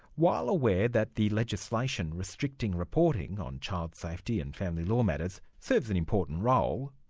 while aware that the legislation restricting reporting on child safety and family law matters serves an important role,